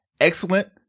excellent